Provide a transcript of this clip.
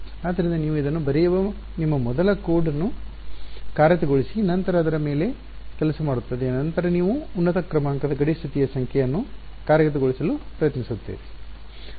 ಆದ್ದರಿಂದ ನೀವು ಇದನ್ನು ಬರೆಯುವ ನಿಮ್ಮ ಮೊದಲ ಕೋಡ್ ಇದನ್ನು ಕಾರ್ಯಗತಗೊಳಿಸಿ ನಂತರ ಅದರ ಮೇಲೆ ಕೆಲಸ ಮಾಡುತ್ತದೆ ನಂತರ ನೀವು ಉನ್ನತ ಕ್ರಮಾಂಕದ ಗಡಿ ಸ್ಥಿತಿ ಸಂಖ್ಯೆ ಅನ್ನು ಕಾರ್ಯಗತಗೊಳಿಸಲು ಪ್ರಯತ್ನಿಸುತ್ತೀರಿ